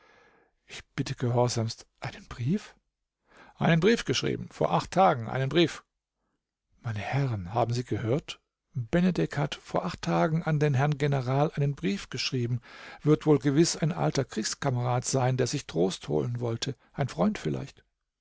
ich bitte gehorsamst einen brief einen brief geschrieben vor acht tagen einen brief meine herren haben sie gehört benedek hat vor acht tagen an den herrn general einen brief geschrieben wird wohl gewiß ein alter kriegskamerad sein der sich trost holen wollte ein freund vielleicht